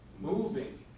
moving